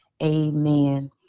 Amen